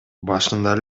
башында